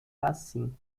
assim